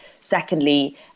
Secondly